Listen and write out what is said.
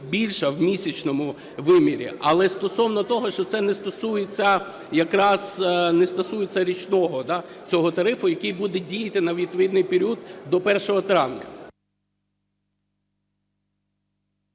більша в місячному вимірі. Але стосовно того, що це не стосується, якраз не стосується річного цього тарифу, який буде діяти на відповідний період до 1 травня.